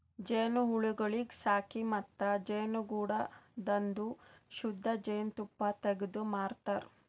ಜೇನುಹುಳಗೊಳಿಗ್ ಸಾಕಿ ಮತ್ತ ಜೇನುಗೂಡದಾಂದು ಶುದ್ಧ ಜೇನ್ ತುಪ್ಪ ತೆಗ್ದು ಮಾರತಾರ್